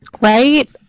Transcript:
Right